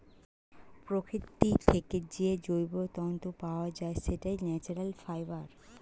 প্রকৃতি থেকে যে জৈব তন্তু পাওয়া যায়, সেটাই ন্যাচারাল ফাইবার